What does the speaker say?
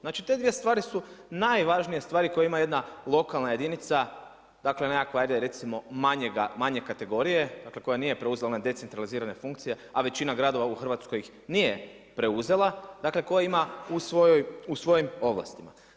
Znači te dvije stvari su najvažnije stvari koje ima jedna lokalna jedinica, dakle nekakva recimo manje kategorije, dakle koja nije preuzela one decentralizirane funkcije a većina gradova u Hrvatskoj ih nije preuzela, dakle koje ima u svojim ovlastima.